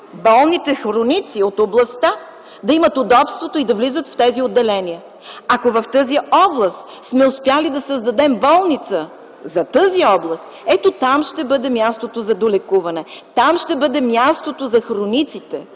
болните хроници от областта да имат удобството и да влизат в тези отделения. Ако в тази област сме успели да създадем болница за тази област – ето там ще бъде мястото за долекуване. Там ще бъде мястото за хрониците.